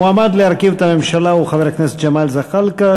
המועמד להרכיב את הממשלה הוא חבר הכנסת ג'מאל זחאלקה,